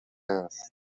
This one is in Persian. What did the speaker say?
است